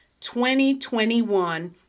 2021